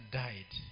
died